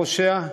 הפושע.